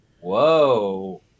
whoa